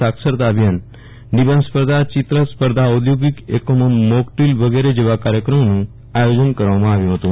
સાક્ષરતા અભિયાનનિબંધસ્પર્ધાચિત્ર સ્પર્ધાઆધોગિકએકમોમાં મોકડ્રીલ વગેરે જેવા કાર્યક્રમોનું આયોજન કરવામાં આવ્યું હતું